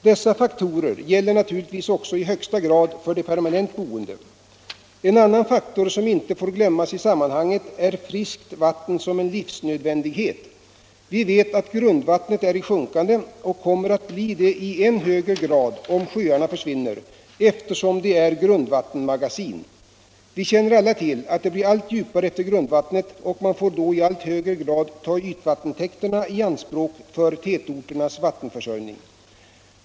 Detta gäller naturligtvis också i högsta grad för de permanent boende. En annan faktor som inte får glömmas i sammanhanget är att friskt vatten utgör en livsnödvändighet. Vi vet att grundvattnet är i sjunkande och kommer att sjunka i än högre grad om sjöarna försvinner, eftersom de är grundvattensmagasin. Vi känner alla till att det blir allt djupare ned till grundvattnet, och man får då i allt högre grad ta ytvattentäkterna i anspråk för tätorternas vattenförsörjning.